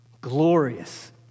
glorious